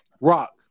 Rock